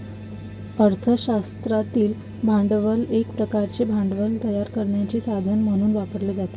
अर्थ शास्त्रातील भांडवल एक प्रकारचे भांडवल तयार करण्याचे साधन म्हणून वापरले जाते